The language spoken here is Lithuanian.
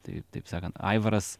taip taip sakant aivaras